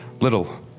little